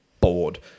bored